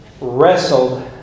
wrestled